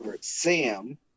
sam